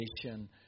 creation